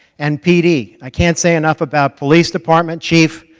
and pd, i can't say enough about police department chief.